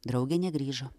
draugė negrįžo